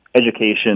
education